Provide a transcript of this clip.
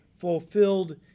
fulfilled